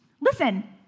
Listen